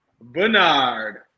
Bernard